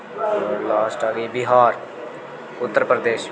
होर लास्ट आई गेई बिहार उत्तर प्रदेश